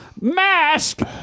mask